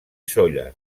sóller